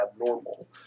abnormal